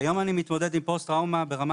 כיום אני מתמודד עם פוסט טראומה ברמה